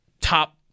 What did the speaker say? top